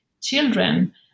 children